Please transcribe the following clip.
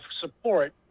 support